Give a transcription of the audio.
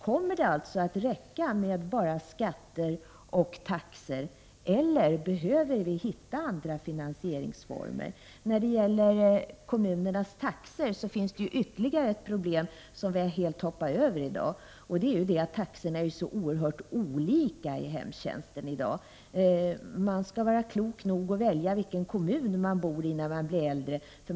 Kommer det att räcka med enbart skatter och taxor, eller behöver vi finna andra finansieringsformer? När det gäller kommunernas taxor finns det ytterligare problem, som vi helt har förbigått i dag, nämligen att taxorna inom hemtjänsten i dag är så olika. Man skall vara klok nog att välja kommun att bo i när man blir äldre.